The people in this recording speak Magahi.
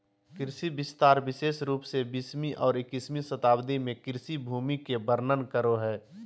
कृषि विस्तार विशेष रूप से बीसवीं और इक्कीसवीं शताब्दी में कृषि भूमि के वर्णन करो हइ